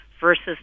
versus